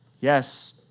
Yes